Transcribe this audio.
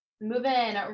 Moving